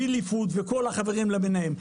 וילי פוד וכל החברים למיניהם,